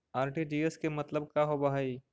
RTGS के मतलब का होव हई?